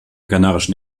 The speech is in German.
kanarischen